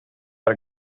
per